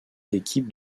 équipes